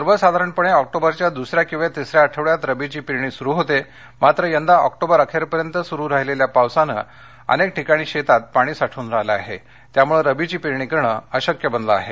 सर्वसाधारणपणे ऑक्टोबरच्या दुसऱ्या किंवा तिसऱ्या आठवड्यात रब्बीघी पेरणी सुरु होते मात्र यंदा ऑक्टोबरअखेरपर्यंत सुरु राहिलेल्या पावसामुळं अनेक ठिकाणी शेतात पाणी साठून राहिल्यानं रब्बीघी पेरणी करणं अशक्य बनलं आहे